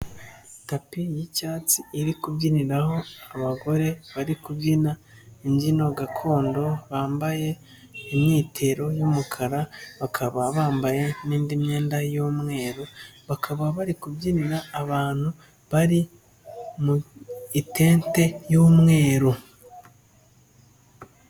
Tapi y'icyatsi iri kubyiniraraho abagore bari kubyina imbyino gakondo bambaye imyitero y'umukara, bakaba bambaye n'indi myenda y'umweru bakaba bari kubyiniyina abantu bari mu etente y'umweru.